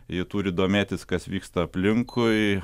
ji turi domėtis kas vyksta aplinkui